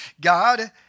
God